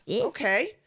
Okay